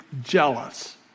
jealous